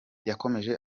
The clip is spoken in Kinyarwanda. yakomeje